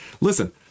listen